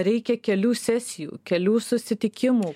reikia kelių sesijų kelių susitikimų